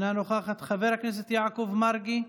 אינה נוכחת, חבר הכנסת יעקב מרגי,